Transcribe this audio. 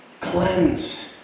Cleanse